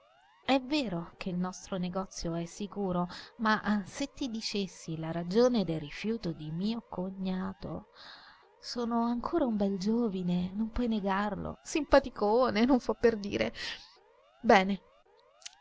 è vero che il nostro negozio è sicuro ma se ti dicessi la ragione del rifiuto di mio cognato sono ancora un bel giovine non puoi negarlo simpaticone non fo per dire bene